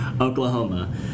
Oklahoma